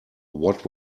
what